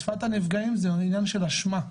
בשפת הנפגעים זה עניין של אשמה,